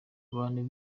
abantu